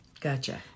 Gotcha